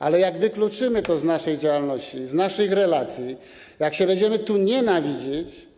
Ale jak wykluczymy to z naszej działalności, z naszych relacji, jak się będziemy tu nienawidzić.